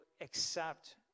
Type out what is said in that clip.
accept